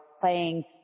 playing